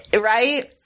Right